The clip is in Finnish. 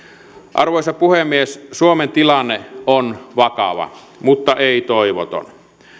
arvoisa puhemies suomen tilanne on vakava mutta ei toivoton